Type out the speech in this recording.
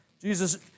Jesus